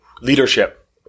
Leadership